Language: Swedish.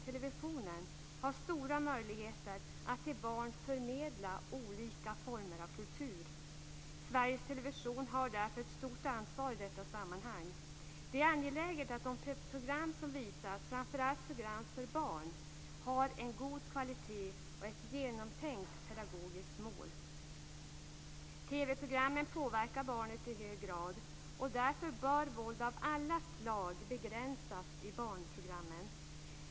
Televisionen har stora möjligheter att till barn förmedla olika former av kultur. Sveriges television har därför ett stort ansvar i detta sammanhang. Det är angeläget att de program som visas, framför allt program för barn, har en god kvalitet och ett genomtänkt pedagogiskt mål. TV-programmen påverkar barnet i hög grad, och därför bör våld av alla slag begränsas i barnprogrammen.